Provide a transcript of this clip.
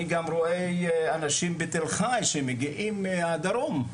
אני גם רואה אנשים בתל חי שמגיעים מהדרום,